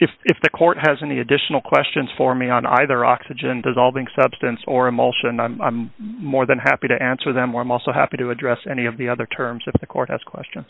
if the court has any additional questions for me on either oxygen dissolving substance or emotion and i'm more than happy to answer them warm also happy to address any of the other terms of the courthouse question